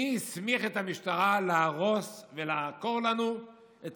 מי הסמיך את המשטרה להרוס ולעקור לנו את